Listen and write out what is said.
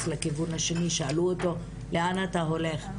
לכיוון השני אז שאלו אותו לאן הוא הולך,